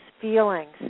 feelings